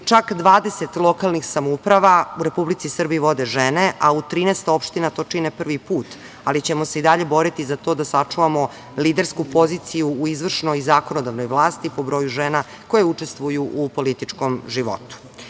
Čak 20 lokalnih samouprava u Republici Srbiji vode žene, a u 13 opština to čine prvi put, ali ćemo se i dalje boriti za to da sačuvamo lidersku poziciju u izvršnoj i zakonodavnoj vlasti po broju žena koje učestvuju u političkom životu. Na